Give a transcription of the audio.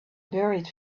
buried